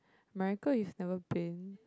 America you've never been